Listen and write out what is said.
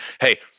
hey